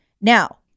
Now